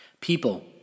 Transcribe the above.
People